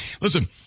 Listen